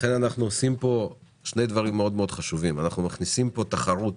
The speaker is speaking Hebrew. ולכן אנחנו עושים פה שני דברים חשובים מאוד: אנחנו מכניסים פה תחרות